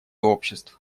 обществ